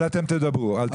אבל אתם תדברו, אל תדאג.